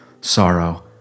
sorrow